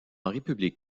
république